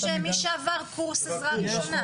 יש מי שעבר קורס עזרה ראשונה.